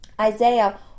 Isaiah